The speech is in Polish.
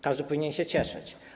Każdy powinien się cieszyć.